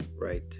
Right